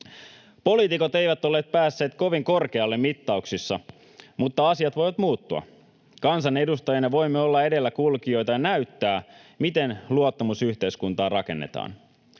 Poliitikot eivät ole päässeet kovin korkealle mittauksissa, mutta asiat voivat muuttua. Kansanedustajina voimme olla edelläkulkijoita ja näyttää, miten luottamusyhteiskuntaa rakennetaan.